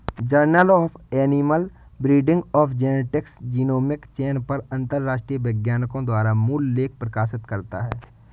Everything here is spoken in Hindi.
journal of animal breeding and genetics genomic चयन पर अंतरराष्ट्रीय वैज्ञानिकों द्वारा मूल लेख प्रकाशित करता है